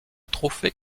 trophée